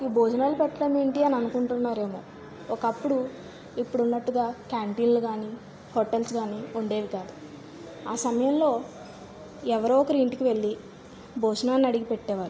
ఈ భోజనాలు పెట్టడం ఏంటి అని అనుకుంటున్నారు ఏమో ఒకప్పుడు ఇప్పుడు ఉన్నట్టుగా క్యాంటిన్లు కానీ హోటల్స్ కానీ ఉండేవి కాదు ఆ సమయంలో ఎవరో ఒకరు ఇంటికి వెళ్ళి భోజనాన్ని అడిగి పెట్టేవారు